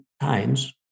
times